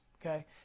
okay